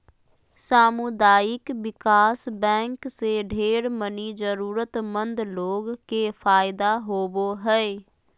सामुदायिक विकास बैंक से ढेर मनी जरूरतमन्द लोग के फायदा होवो हय